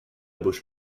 bouche